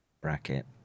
bracket